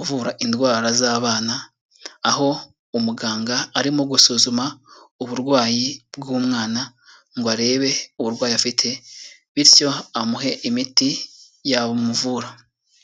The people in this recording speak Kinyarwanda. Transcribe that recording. uvura indwara z'abana, aho umuganga arimo gusuzuma uburwayi bw'umwana ngo arebe uburwayi afite bityo amuhe imiti yamuvura.